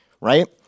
right